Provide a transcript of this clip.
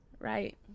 right